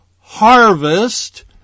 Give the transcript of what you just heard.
harvest